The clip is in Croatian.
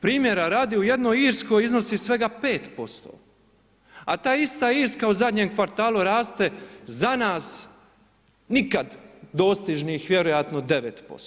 Primjera radi u jednoj Irskoj iznosi svega 5%, a ta ista Irska u zadnjem kvartalu raste za nas, nikad dostižnih vjerojatno 9%